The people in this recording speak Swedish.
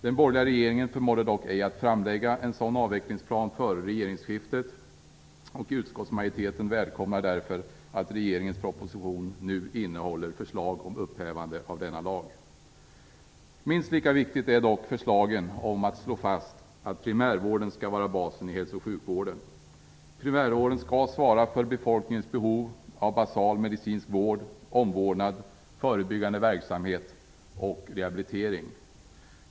Den borgerliga regeringen förmådde dock ej att framlägga en sådan avvecklingsplan före regeringsskiftet, och utskottsmajoriteten välkomnar därför att regeringens proposition nu innehåller förslag om upphävande av denna lag. Minst lika viktiga är dock förslagen om att slå fast att primärvården skall vara basen i hälso och sjukvården. Primärvården skall svara för befolkningens behov av basal medicinsk vård, omvårdnad, förebyggande verksamhet och rehabilitering.